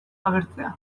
agertzea